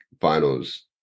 finals